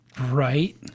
Right